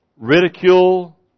ridicule